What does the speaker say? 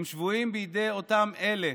הם שבויים בידי אותם אלה